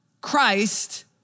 Christ